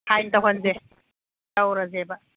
sign ꯇꯧꯍꯟꯁꯦ ꯇꯧꯔꯁꯦꯕ